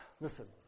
Listen